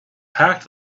packed